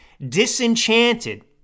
disenchanted